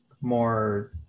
more